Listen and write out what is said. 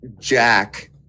Jack